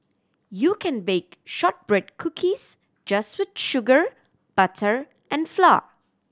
you can bake shortbread cookies just with sugar butter and flour